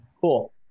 Cool